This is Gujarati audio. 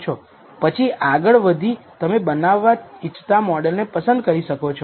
પછી આગળ વધી તમે બનાવવા ઇચ્છતા મોડલ ને પસંદ કરી શકો છો